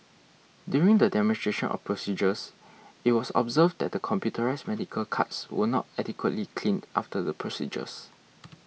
during the demonstrations of procedures it was observed that the computerised medical carts were not adequately cleaned after the procedures